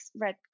red